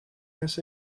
this